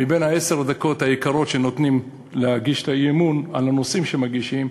מבין עשר הדקות היקרות שנותנים להגשת האי-אמון על הנושאים שמגישים,